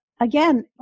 Again